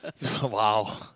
Wow